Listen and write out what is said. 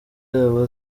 aba